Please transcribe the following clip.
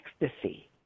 ecstasy